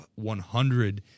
100